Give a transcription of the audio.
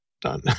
done